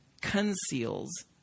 conceals